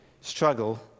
struggle